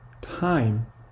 time